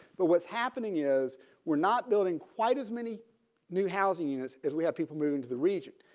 but what's happening is we're not building quite as many new housing units as we have people moved to the region.